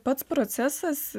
pats procesas